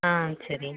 ஆ சரி